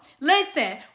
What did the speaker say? Listen